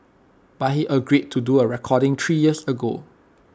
but he agreed to do A recording three years ago